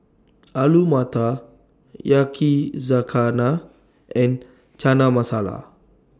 Alu Matar Yakizakana and Chana Masala